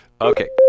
Okay